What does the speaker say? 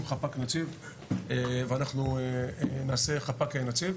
חפ"ק נציב ואנחנו נעשה חפ"ק נציב.